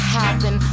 happen